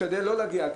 תשתדל לא להגיע,